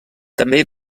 també